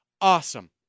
awesome